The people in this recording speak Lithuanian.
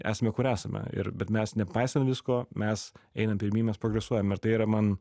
esme kur esame ir bet mes nepaisant visko mes einam pirmyn mes progresuojam ir tai yra man